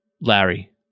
Larry